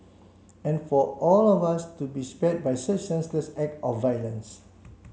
and for all of us to be spared by such senseless act of violence